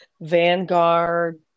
Vanguard